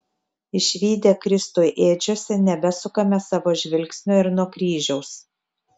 išvydę kristų ėdžiose nebesukame savo žvilgsnio ir nuo kryžiaus